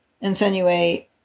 insinuate